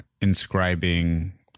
inscribing